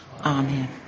Amen